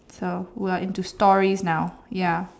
so we're into stories now ya